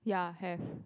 ya have